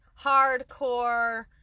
hardcore